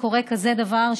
כשקורה כזה דבר,